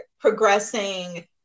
progressing